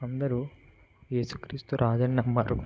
అందరూ యేసుక్రీస్తు రాజు అని నమ్మారు